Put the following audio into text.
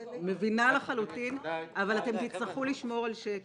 אבל אתם תצטרכו לשמור על שקט.